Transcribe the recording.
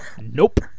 Nope